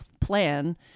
plan